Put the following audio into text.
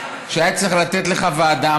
שהיו צריכים לתת לך ועדה.